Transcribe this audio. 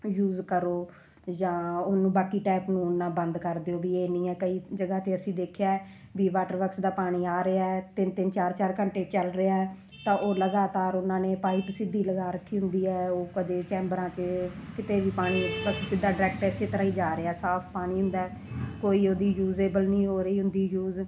use ਕਰੋ ਜਾਂ ਉਹਨੂੰ ਬਾਕੀ ਟੈਪ ਨੂੰ ਉਨਾ ਬੰਦ ਕਰ ਦਿਓ ਵੀ ਇਹ ਨਹੀਂ ਆ ਕਈ ਜਗ੍ਹਾ 'ਤੇ ਅਸੀਂ ਦੇਖਿਆ ਵੀ ਵਾਟਰ ਵਰਕਸ ਦਾ ਪਾਣੀ ਆ ਰਿਹਾ ਤਿੰਨ ਤਿੰਨ ਚਾਰ ਚਾਰ ਘੰਟੇ ਚੱਲ ਰਿਹਾ ਤਾਂ ਉਹ ਲਗਾਤਾਰ ਉਹਨਾਂ ਨੇ ਪਾਈਪ ਸਿੱਧੀ ਲਗਾ ਰੱਖੀ ਹੁੰਦੀ ਹੈ ਉਹ ਕਦੇ ਚੈਬਰਾਂ 'ਚ ਕਿਤੇ ਵੀ ਪਾਣੀ ਸਿੱਧਾ ਡਾਇਰੈਕਟ ਇਸ ਤਰ੍ਹਾਂ ਹੀ ਜਾ ਰਿਹਾ ਸਾਫ਼ ਪਾਣੀ ਹੁੰਦਾ ਕੋਈ ਉਹਦੀ ਯੂਜ਼ੇਬਲ ਨਹੀਂ ਹੋ ਰਹੀ ਹੁੰਦੀ ਯੂਜ਼